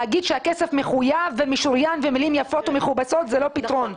להגיד שהכסף מחויב ומשוריין ומילים יפות ומכובסות זה לא פתרון.